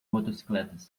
motocicletas